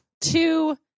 two